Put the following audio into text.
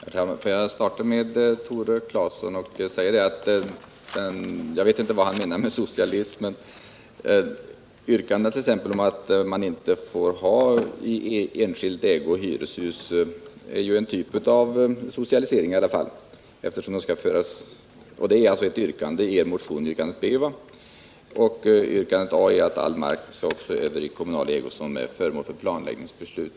Herr talman! Får jag starta med att svara Tore Claeson och säga att jag inte vet vad han menar med socialism men att t.ex. yrkandet om att man inte skulle få ha hyreshus i enskild ägo ju är en typ av socialisering i alla fall. Detta är yrkande Ib i er motion; yrkande la är att all mark som enligt planläggningsbeslut e.d. avses för samhällsbyggande skall föras över i kommunal ägo.